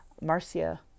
Marcia